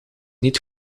niet